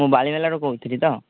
ମୁଁ ବାଳିମେଲାରୁ କହୁଥିଲି ତ